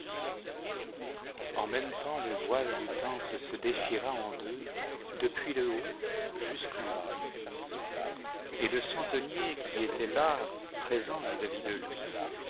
en même temps le voile du temple se déchira en deux iepuis le haut jusqu'en bas et le centenier qui étair là présent vis-à-vis de lui